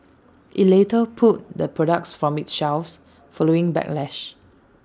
IT later pulled the products from its shelves following backlash